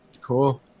Cool